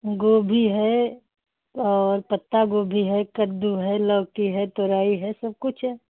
गोभी है और पत्ता गोभी है कद्दू है लौकी है तोरई है सब कुछ है